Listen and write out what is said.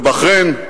בבחריין,